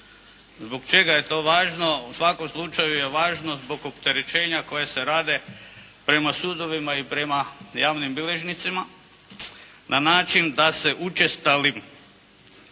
Zbog čega je to važno? U svakom slučaju je važno zbog opterećenja koja se rade prema sudovima i prema javnim bilježnicima na način da se učestalim